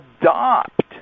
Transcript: adopt